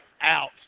out